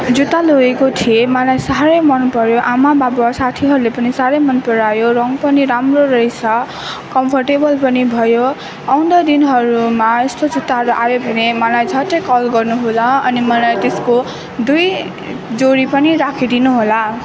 जुत्ता लगेको थिएँ मलाई साह्रै मनपऱ्यो आमा बाबा साथीहरूले पनि साह्रै मन परायो रङ पनि राम्रो रहेछ कम्फर्टेबल पनि भयो आउँदो दिनहरूमा यस्तो जुत्ताहरू आयो भने मलाई झट्टै कल गर्नु होला अनि मलाई त्यसको दुई जोडी पनि राखिदिनु होला